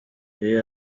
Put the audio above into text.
iyo